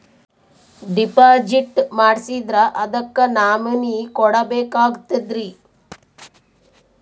Deposit ಮಾಡ್ಸಿದ್ರ ಅದಕ್ಕ nominee ಕೊಡಬೇಕಾಗ್ತದ್ರಿ?